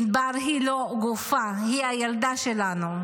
ענבר היא לא גופה, היא הילדה שלנו.